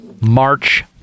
March